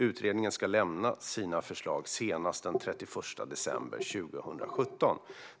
Utredaren ska lämna sina förslag senast den 31 december 2017.